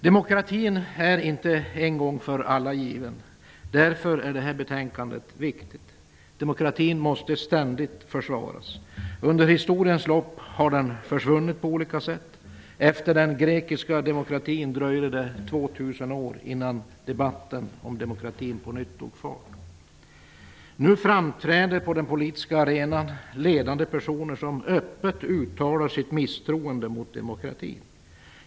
Demokratin är inte en gång för alla given. Därför är detta betänkande viktigt. Demokratin måste ständigt försvaras. Under historiens lopp har den försvunnit på olika sätt. Efter den grekiska demokratin dröjde det 2 000 år innan debatten om demokratin på nytt tog fart. Nu framträder på den politiska arenan ledande personer som öppet uttalar sitt misstroende mot demokratin.